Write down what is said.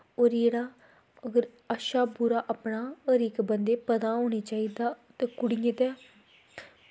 होर अगर जेह्ड़ा अच्छा बुरा जेह्ड़ा हर इक बंदे गी पता होना चाहिदा ते कुड़ियें दा